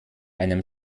einem